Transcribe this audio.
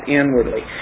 inwardly